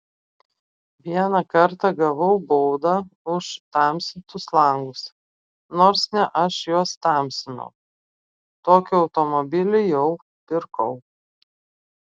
vieną kartą gavau baudą už tamsintus langus nors ne aš juos tamsinau tokį automobilį jau pirkau